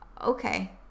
okay